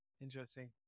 Interesting